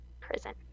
prison